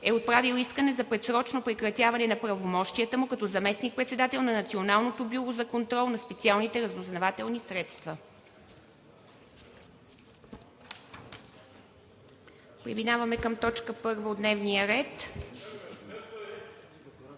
е отправил искане за предсрочно прекратяване на правомощията му като заместник председател на Националното бюро за контрол на специалните разузнавателни средства.